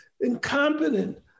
incompetent